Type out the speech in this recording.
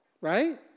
right